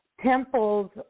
temples